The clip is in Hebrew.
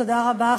תודה רבה,